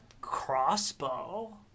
crossbow